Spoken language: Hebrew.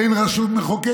אין יותר רשות מחוקקת".